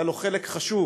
היה לו חלק חשוב